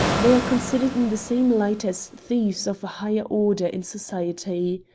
they are considered in the same light as thieves of a higher order in society.